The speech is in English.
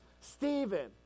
Stephen